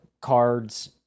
cards